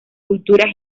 cultura